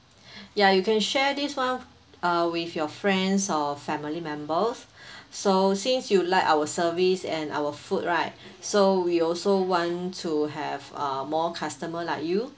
ya you can share this [one] uh with your friends or family members so since you like our service and our food right so we also want to have a more customer like you